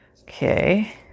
Okay